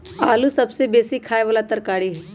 आलू सबसे बेशी ख़ाय बला तरकारी हइ